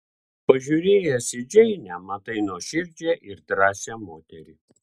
pažiūrėjęs į džeinę matai nuoširdžią ir drąsią moterį